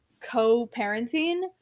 co-parenting